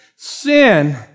Sin